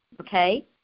okay